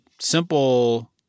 simple